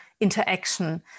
interaction